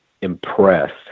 impressed